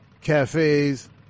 cafes